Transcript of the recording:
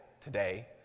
today